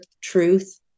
truth